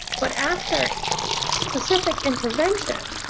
but after specific intervention,